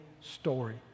story